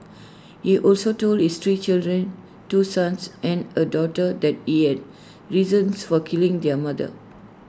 he also told his three children two sons and A daughter that he had reasons for killing their mother